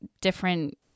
different